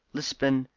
lisbon,